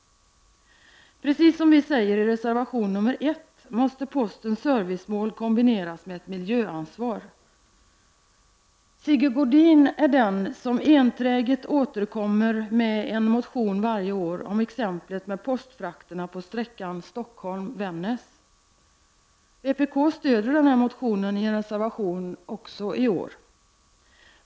Precis som vi säger i reservation nr 1 måste postens servicemål kombineras med ett miljöansvar. Sigge Godin återkommer enträget varje år med en motion om exemplet med postfrakterna på sträckan Stockholm-Vännäs. Vpk stöder denna motion i en reservation också i år.